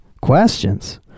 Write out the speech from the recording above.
questions